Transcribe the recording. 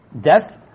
death